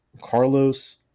Carlos